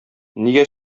нигә